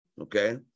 okay